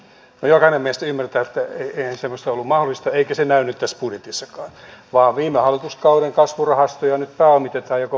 no jokainen meistä ymmärtää että eihän semmoinen ollut mahdollista eikä se näy nyt tässä budjetissakaan vaan viime hallituskauden kasvurahastoja nyt pääomitetaan mikä on varmaan se oikea tie